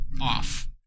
off